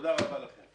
תודה רבה לכם.